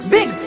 Big